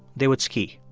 they would ski.